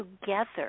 together